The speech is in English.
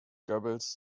goebbels